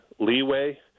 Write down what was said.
leeway